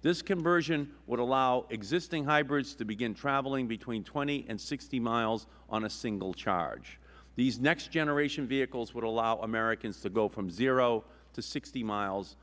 this conversion would allow existing hybrids to begin travel between twenty to sixty miles on a single charge the next generation vehicles would allow americans to go from zero to sixty miles